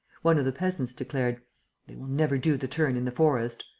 one of the peasants declared they will never do the turn in the forest.